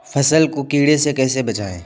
फसल को कीड़े से कैसे बचाएँ?